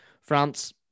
France